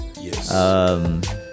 Yes